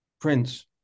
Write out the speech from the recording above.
Prince